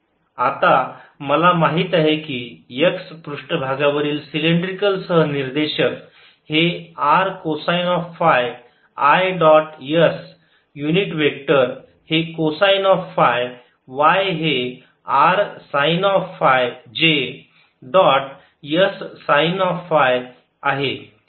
srdϕdz आता मला माहित आहे की x पृष्ठभागावरील सिलेंड्रिकल सहनिर्देशक हे R cosine of phi i dot s unit vector हे कोसाइन ऑफ फाय y हे R sine of phi j dot s sine of phi आहे